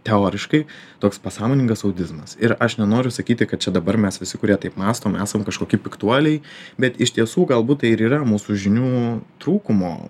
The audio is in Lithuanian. teoriškai toks pasąmoningas audizmas ir aš nenoriu sakyti kad čia dabar mes visi kurie taip mąstom esam kažkoki piktuoliai bet iš tiesų galbūt tai ir yra mūsų žinių trūkumo